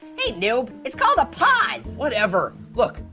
hey noob, it's called a pause. whatever. look,